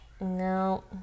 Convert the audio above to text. No